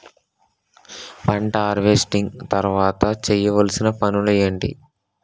పంట హార్వెస్టింగ్ తర్వాత చేయవలసిన పనులు ఏంటి?